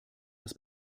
das